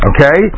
Okay